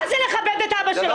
מה זה לכבד את אבא שלו?